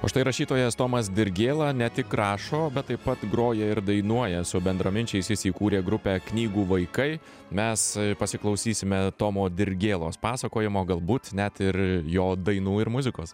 o štai rašytojas tomas dirgėla ne tik rašo bet taip pat groja ir dainuoja su bendraminčiais jis įkūrė grupę knygų vaikai mes pasiklausysime tomo dirgėlos pasakojimo galbūt net ir jo dainų ir muzikos